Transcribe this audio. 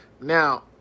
Now